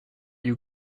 you